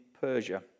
Persia